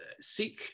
seek